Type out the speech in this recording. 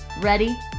Ready